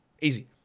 Easy